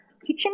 kitchen